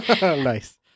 nice